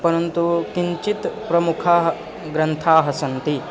परन्तु केचित् प्रमुखाः ग्रन्थाः सन्ति